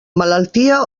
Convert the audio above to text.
malaltia